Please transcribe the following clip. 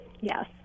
yes